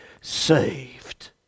saved